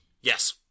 Yes